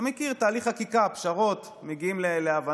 אתה מכיר, תהליך חקיקה, פשרות, מגיעים להבנות.